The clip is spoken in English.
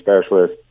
specialist